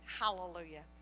hallelujah